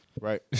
Right